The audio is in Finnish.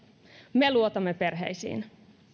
me luotamme perheisiin